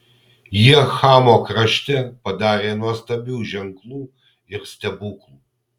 jie chamo krašte padarė nuostabių ženklų ir stebuklų